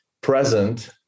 present